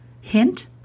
Hint